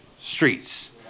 streets